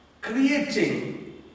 creating